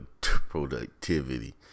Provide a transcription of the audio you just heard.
productivity